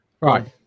Right